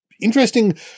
interesting